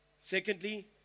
Secondly